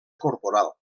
corporal